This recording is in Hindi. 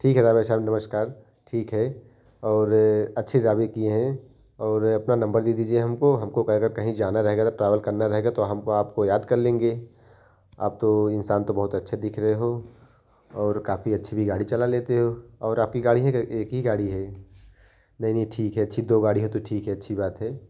ठीक है ड्राइवर साहब नमस्कार ठीक है और अच्छी ड्राइविंग किए है और अपना नम्बर दे दीजिए हमको हमको का अगर कहीं जाना रहेगा ट्रावेल करना रहेगा तो हमको आपको याद कर लेंगे आप तो इंसान तो बहुत अच्छे दिख रहे हो और काफ़ी अच्छी भी गाड़ी चला लेते हो और आपकी गाड़ी है कि एक ही गाड़ी है नहीं नहीं ठीक है अच्छी है दो गाड़ी है तो ठीक है अच्छी बात है